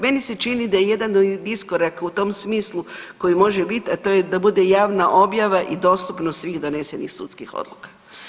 Meni se čini da je jedan od iskoraka u tom smislu koji može bit, a to je da bude javna objava i dostupnost svih donesenih sudskim odluka.